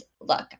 look